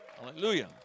Hallelujah